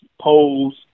polls